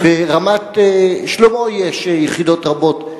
ברמת-שלמה יש יחידות רבות.